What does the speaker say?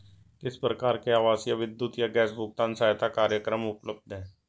किस प्रकार के आवासीय विद्युत या गैस भुगतान सहायता कार्यक्रम उपलब्ध हैं?